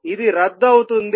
ఇది రద్దు అవుతుంది